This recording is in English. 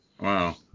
Wow